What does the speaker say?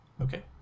Okay